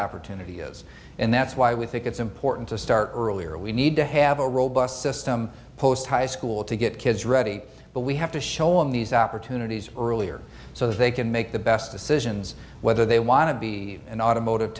opportunity is and that's why we think it's important to start earlier we need to have a robust system post high school to get kids ready but we have to show on these opportunities earlier so they can make the best decisions whether they want to be an automotive